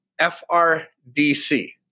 FRDC